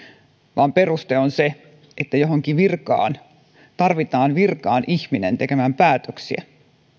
vaan peruste on se että johonkin virkaan tarvitaan ihminen tekemään päätöksiä